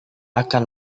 akan